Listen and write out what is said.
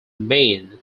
main